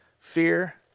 fear